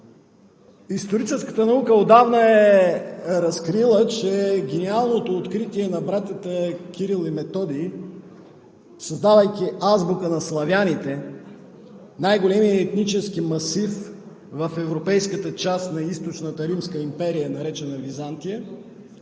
Историческата наука отдавна е разкрила, че гениалното откритие на братята Кирил и Методий, създавайки азбука на славяните – най-големият етнически масив в европейската част на Източната Римска империя, наречена Византия,